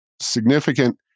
significant